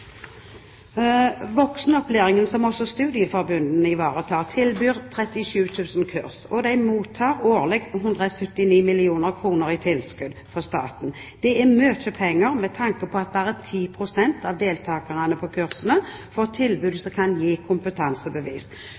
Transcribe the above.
Voksenopplæringen, som også studieforbundene ivaretar, tilbyr 37 000 kurs, og de mottar årlig 179 mill. kr i tilskudd fra staten. Det er mye penger, med tanke på at bare 10 pst. av deltakerne på kursene får tilbud som kan gi kompetansebevis.